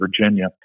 Virginia